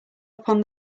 upon